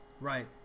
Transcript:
Right